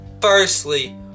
Firstly